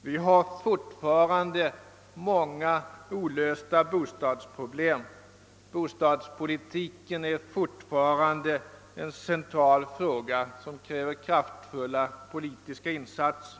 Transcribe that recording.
Vi har fortfarande många olösta bostadsproblem. Bostadspolitiken är fortfarande en central fråga som kräver kraftfulla politiska insatser.